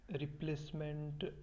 replacement